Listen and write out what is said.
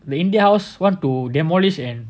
the india house one to demolish and